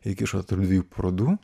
įkišo tarp dviejų parodų